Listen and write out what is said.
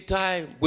time